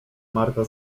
marta